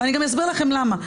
ואסביר לכם למה,